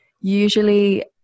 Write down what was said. Usually